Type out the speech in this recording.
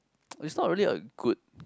it's not really a good